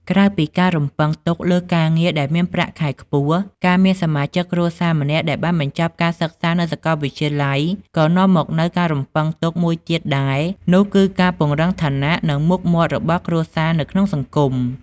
ក្រៅពីការរំពឹងទុកលើការងារដែលមានប្រាក់ខែខ្ពស់ ការមានសមាជិកគ្រួសារម្នាក់ដែលបានបញ្ចប់ការសិក្សានៅសាកលវិទ្យាល័យ ក៏នាំមកនូវការរំពឹងទុកមួយទៀតដែរ នោះគឺការពង្រឹងឋានៈ និងមុខមាត់របស់គ្រួសារនៅក្នុងសង្គម។